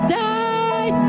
die